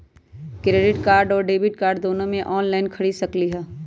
Credit card और debit card दोनों से ऑनलाइन खरीद सकली ह?